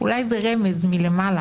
אולי זה רמז מלמעלה